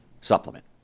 supplement